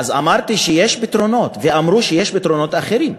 אז אמרתי שיש פתרונות, ואמרו שיש פתרונות אחרים.